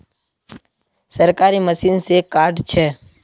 सरकारी मशीन से कार्ड छै?